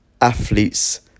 athlete's